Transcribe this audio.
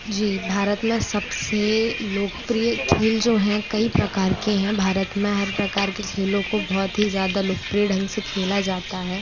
जी भारत में सब से लोकप्रिय खेल जो हैं कई प्रकार के हैं भारत में हर प्रकार के खेलों को बहुत ही ज़्यादा लोकप्रिय ढंग से खेला जाता है